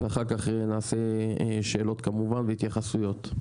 ואחר כך נעשה שאלות כמובן והתייחסויות.